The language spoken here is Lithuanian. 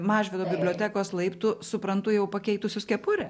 mažvydo bibliotekos laiptų suprantu jau pakeitusius kepurę